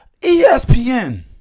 ESPN